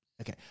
Okay